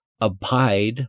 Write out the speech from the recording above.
abide